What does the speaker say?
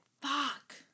fuck